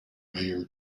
mayor